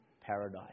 paradise